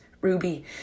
ruby